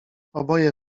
oboje